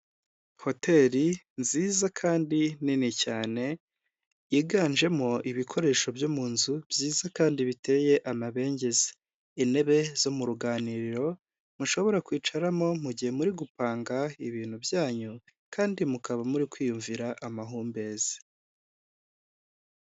Hoteri nziza kandi nini cyane yiganjemo ibikoresho byo mu nzu byiza kandi biteye amabengeza, intebe zo mu ruganiriro mushobora kwicaramo mu gihe muri gupanga ibintu byanyu kandi mukaba muri kwiyumvira amahumbezi.